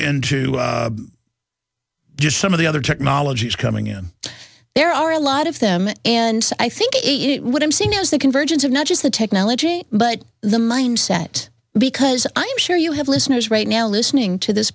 into just some of the other technologies coming in there are a lot of them and i think what i'm seeing is the convergence of not just the technology but the mindset because i'm sure you have listeners right now listening to this